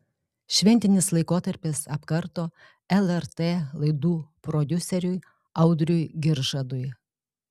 šventinis laikotarpis apkarto lrt laidų prodiuseriui audriui giržadui